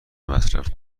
مصرف